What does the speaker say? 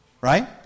right